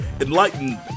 enlightened